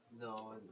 No